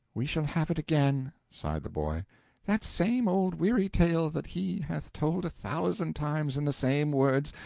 we shall have it again, sighed the boy that same old weary tale that he hath told a thousand times in the same words,